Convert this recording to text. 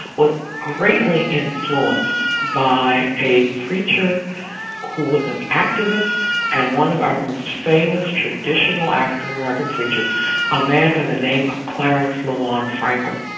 was greatly influenced by a preacher who was an activist and one of our most famous traditional african american preachers a man by the name of clarence lavaughan franklin,